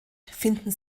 finden